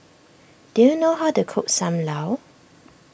do you know how to cook Sam Lau